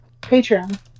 Patreon